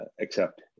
accept